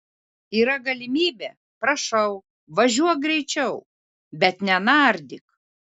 yra galimybė prašau važiuok greičiau bet nenardyk